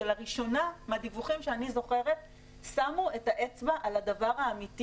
שלראשונה מהדיווחים שאני זוכרת שמו את האצבע על הדבר האמיתי